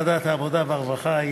ועדת העבודה והרווחה,